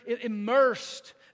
immersed